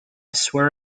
swear